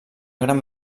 gran